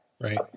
Right